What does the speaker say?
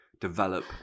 develop